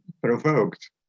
provoked